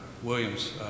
Williams